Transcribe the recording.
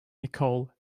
nicole